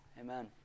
Amen